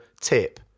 tip